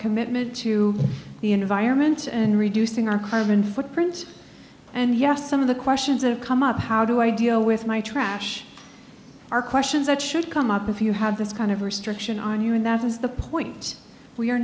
commitment to the environment and reducing our carbon footprint and yes some of the questions are come up how do i deal with my trash are questions that should come up if you have this kind of restriction on you and that is the point we are